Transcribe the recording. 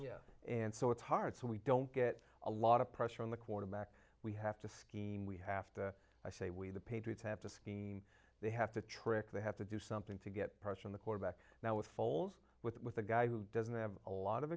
hours and so it's hard so we don't get a lot of pressure on the quarterback we have to scheme we have to i say we the patriots have to skiing they have to trick they have to do something to get pressure on the quarterback now with foles with with a guy who doesn't have a lot of